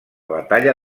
batalla